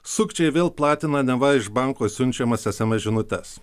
sukčiai vėl platina neva iš banko siunčiamas sms žinutes